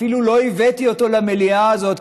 אפילו לא הבאתי אותו למליאה הזאת,